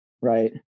right